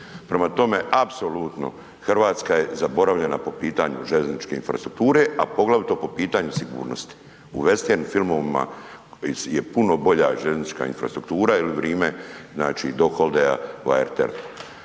Prema tome, apsolutno Hrvatska je zaboravljena po pitanju željezničke infrastrukture, a poglavito po pitanju sigurnosti. U vestern filmovima je puno bolja željeznička infrastruktura jer vrime .../Govornik se